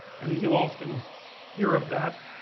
and you often hear of that